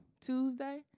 Tuesday